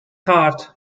heart